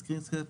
הסיסמה,